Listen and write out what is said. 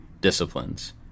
disciplines